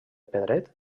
pedret